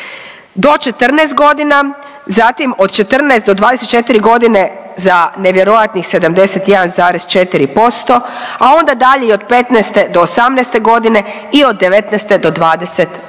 Do 14 godina, zatim od 14 do 24 godine za nevjerojatnih 71,4%, a onda dalje i od 15 do 18 godine i od 19 do 25